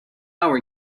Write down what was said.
hour